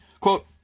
Quote